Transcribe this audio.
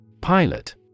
Pilot